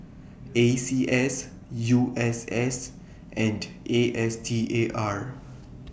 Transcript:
A C S U S S and A S T A R